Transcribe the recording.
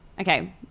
Okay